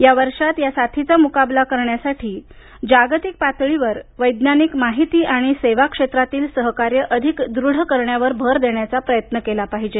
या वर्षात या साथीचा मुकाबला करण्यासाठी जागतिक पातळीवर वैज्ञानिक माहिती आणि सेवा क्षेत्रातील सहकार्य अधिक दृढ करण्यावर भर देण्याचा प्रयत्न केला पाहिजे